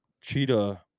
cheetah